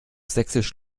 sächsisch